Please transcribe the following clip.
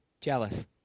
jealous